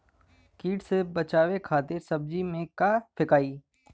कीट से बचावे खातिन सब्जी में का फेकाई?